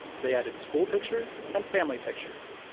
they added school pictures, and family pictures.